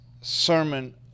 Sermon